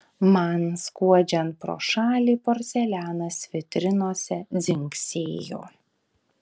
man skuodžiant pro šalį porcelianas vitrinose dzingsėjo